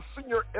senior